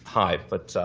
high. but